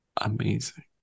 amazing